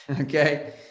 okay